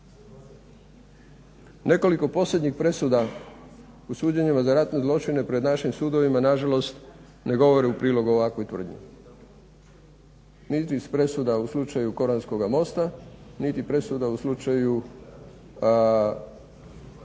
Nekoliko posljednjih presuda u suđenjima za ratne zločine pred našim sudovima nažalost ne govore u prilog ovakvoj tvrdnji, niti iz presuda u slučaju koranskoga mosta, niti presuda u slučaju